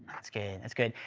that's good, that's good.